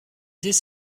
dès